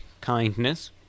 kindness